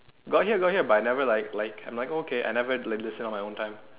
got hear got hear but I never like like I'm okay I never listen at my own time